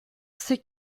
sais